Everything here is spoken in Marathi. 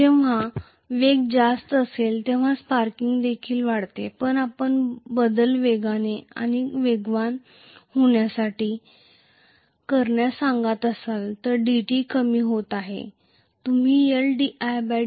जेव्हा वेग जास्त असेल तेव्हा स्पार्किंग देखील वाढेल जर आपण बदल वेगवान आणि वेगवान होण्यासाठी करण्यास सांगत असाल तर dt कमी होत आहे तुम्ही Ldidt